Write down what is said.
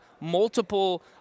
multiple